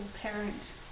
parent